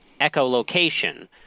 echolocation